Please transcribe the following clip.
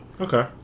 okay